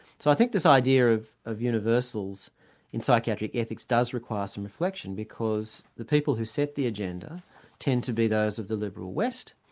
so i think this idea of of universals and psychiatric ethics does require some reflection, because the people who set the agenda tend to be those of the liberal west,